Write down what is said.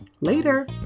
Later